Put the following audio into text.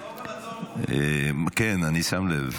טוב,